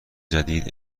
جدید